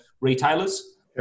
retailers